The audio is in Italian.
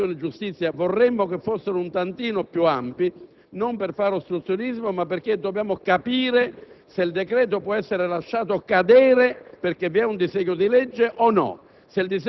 in Commissione giustizia vorremmo che fossero un po' più ampi, non per fare ostruzionismo, ma perché dobbiamo capire se il decreto può essere lasciato cadere perché vi è un disegno di legge oppure